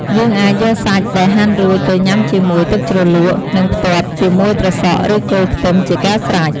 យើងអាចយកសាច់ដែលហាន់រួចទៅញ៉ាំជាមួយ ទឹកជ្រលក់ និងផ្ទាប់ជាមួយ ត្រសក់ ឬ គល់ខ្ទឹម ជាការស្រេច។